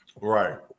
Right